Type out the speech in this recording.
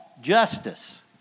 justice